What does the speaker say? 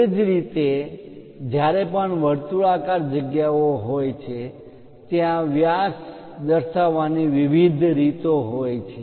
એ જ રીતે જ્યારે પણ વર્તુળાકાર જગ્યાઓ હોય છે ત્યાં વ્યાસ દર્શાવવાની વિવિધ રીતો હોય છે